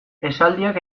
esaldiak